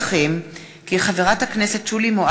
החל בהצעה פ/2388/20 וכלה